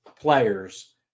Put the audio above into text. players